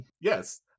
Yes